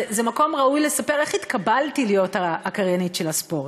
זה מקום ראוי לספר איך התקבלתי להיות הקריינית של הספורט.